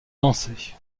danser